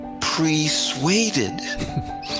persuaded